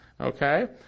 Okay